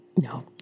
No